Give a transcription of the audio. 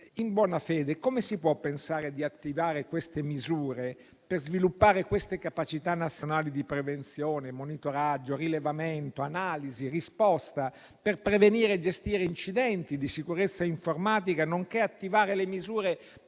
In buona fede, come si può pensare di attivare queste misure per sviluppare le capacità nazionali di prevenzione, monitoraggio, rilevamento, analisi e risposta per prevenire e gestire incidenti di sicurezza informatica, nonché attivare misure per